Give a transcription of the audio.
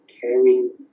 carrying